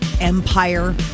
empire